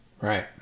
Right